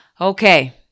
Okay